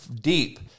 deep